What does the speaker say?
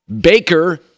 Baker